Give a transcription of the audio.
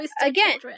again